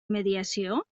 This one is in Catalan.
mediació